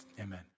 amen